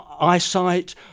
eyesight